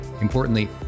importantly